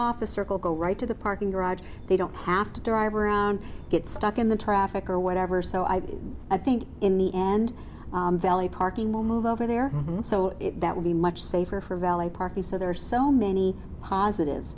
off the circle go right to the parking garage they don't have to drive around get stuck in the traffic or whatever so i think in the end valet parking will move over there so that would be much safer for valet parking so there are so many positive